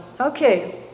Okay